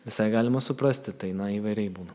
visai galima suprasti tai na įvairiai būna